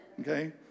okay